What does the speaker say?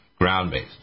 ground-based